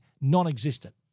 non-existent